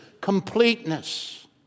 completeness